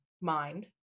mind